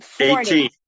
Eighteen